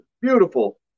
beautiful